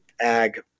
ag